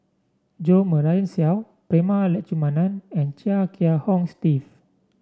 Jo Marion Seow Prema Letchumanan and Chia Kiah Hong Steve